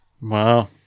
wow